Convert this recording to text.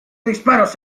disparos